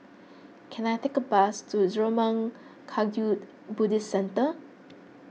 can I take a bus to Zurmang Kagyud Buddhist Centre